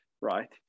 right